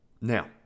Now